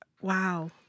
Wow